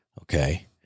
Okay